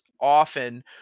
often